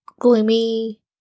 gloomy